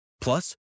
Plus